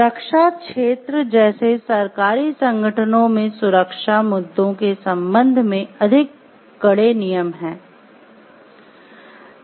रक्षा क्षेत्र जैसे सरकारी संगठनों में सुरक्षा मुद्दों के संबंध में अधिक कड़े नियम हैं